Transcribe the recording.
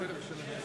תודה רבה על ההערות.